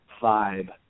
vibe